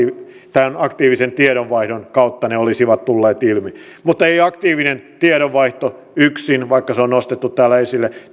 tämän aktiivisen tiedonvaihdon kautta ne olisivat tulleet ilmi mutta ei aktiivinen tiedonvaihto yksin vaikka se on nostettu täällä esille